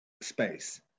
space